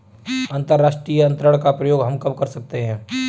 अंतर्राष्ट्रीय अंतरण का प्रयोग हम कब कर सकते हैं?